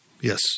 Yes